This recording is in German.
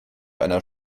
einer